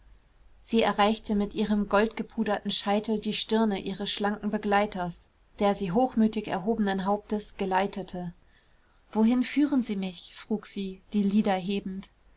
sie erreichte mit ihrem goldgepuderten scheitel die stirne ihres schlanken begleiters der sie hochmütig erhobenen hauptes geleitete wohin führen sie mich frug sie die lider hebend